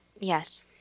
Yes